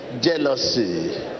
jealousy